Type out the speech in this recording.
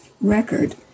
record